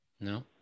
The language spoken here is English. No